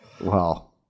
Wow